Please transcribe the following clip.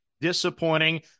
Disappointing